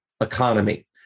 economy